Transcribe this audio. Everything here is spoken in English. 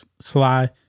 Sly